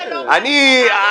אולי זה לא בהסכמה.